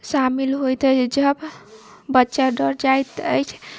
शामिल होइते जब बच्चा डर जाएत अछि